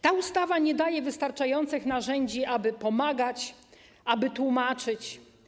Ta ustawa nie daje wystarczających narzędzi, aby pomagać, aby tłumaczyć.